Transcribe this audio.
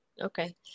Okay